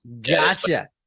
gotcha